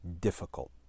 difficult